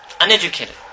Uneducated